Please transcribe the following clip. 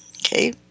Okay